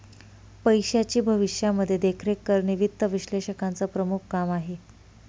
पैशाची भविष्यामध्ये देखरेख करणे वित्त विश्लेषकाचं प्रमुख काम आहे